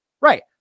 Right